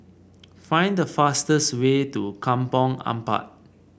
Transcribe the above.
find the fastest way to Kampong Ampat